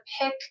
pick